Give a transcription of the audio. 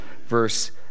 verse